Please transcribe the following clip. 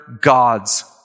God's